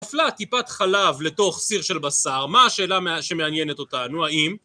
נפלה טיפת חלב לתוך סיר של בשר, מה השאלה שמעניינת אותנו, האם?